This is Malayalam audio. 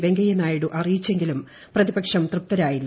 വെങ്കയ്യനായിഡു അറിയിച്ചെങ്കിലും പ്രതിപക്ഷം തൃപ്തരായില്ല